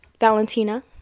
Valentina